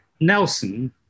Nelson